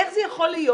איך זה יכול להיות.